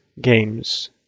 games